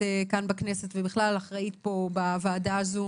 כאן בכנסת ובכלל אחראית פה בוועדה הזו